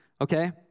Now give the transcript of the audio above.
Okay